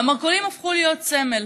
המרכולים הפכו להיות סמל.